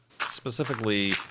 specifically